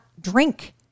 drink